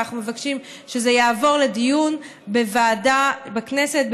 ואנחנו מבקשים שזה יעבור לדיון בוועדה בכנסת,